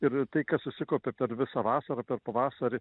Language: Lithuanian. ir tai kas susikaupė per visą vasarą per pavasarį